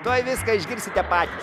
tuoj viską išgirsite patys